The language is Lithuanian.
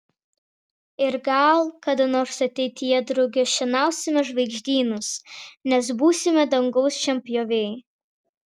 ir gal kada nors ateityje drauge šienausime žvaigždynus nes būsime dangaus šienpjoviai